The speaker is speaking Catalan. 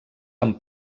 amb